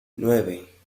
nueve